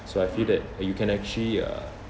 so I feel that you can actually uh